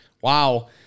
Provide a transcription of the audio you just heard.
Wow